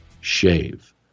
shave